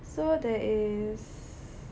so there is